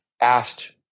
asked